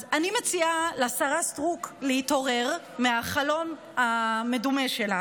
אז אני מציעה לשרה סטרוק להתעורר מהחלום המדומה שלה